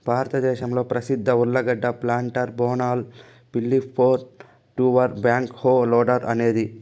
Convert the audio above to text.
భారతదేశంలో ప్రసిద్ధ ఉర్లగడ్డ ప్లాంటర్ బోనాల్ పిల్లి four two one back hoe loader అనేది